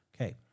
Okay